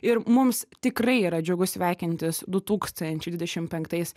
ir mums tikrai yra džiugu sveikintis du tūkstančiai dvidešim penktais